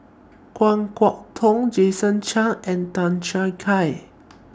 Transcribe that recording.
Kan Kwok Toh Jason Chan and Tan Choo Kai